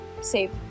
save